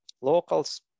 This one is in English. locals